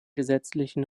gesetzlichen